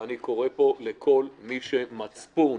ואני קורא פה לכל מי שמצפון